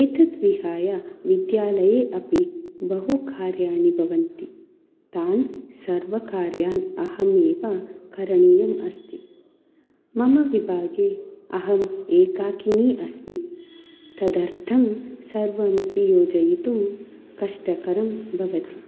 एतद्विहाय विद्यालये अपि बहु कार्याणि भवन्ति तान् सर्वान् कार्यान् अहं एव करणीयं अस्ति मम विभागे अहम् एकाकिनी अस्मि तदर्थं सर्वमपि योजयितुं कष्टकरं भवति